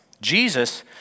Jesus